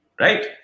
Right